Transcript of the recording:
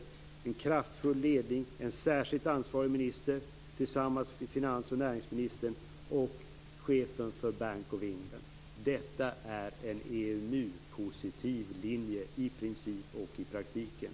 Man har en kraftfull ledning med en särskilt ansvarig minister tillsammans med finans och näringsministern och chefen för Bank of England. Detta är en EMU-positiv linje i princip och i praktiken.